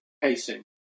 pacing